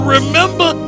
Remember